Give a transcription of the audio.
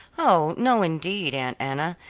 oh, no indeed, aunt anna.